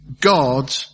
God